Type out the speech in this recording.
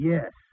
Yes